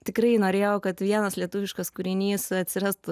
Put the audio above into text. tikrai norėjau kad vienas lietuviškas kūrinys atsirastų